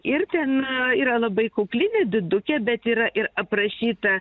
ir ten yra labai kukli nedidukė bet yra ir aprašyta